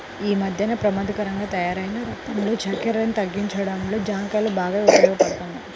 యీ మద్దెన పెమాదకరంగా తయ్యారైన రక్తంలో చక్కెరను తగ్గించడంలో జాంకాయలు బాగా ఉపయోగపడతయ్